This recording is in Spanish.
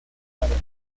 área